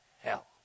hell